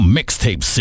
Mixtape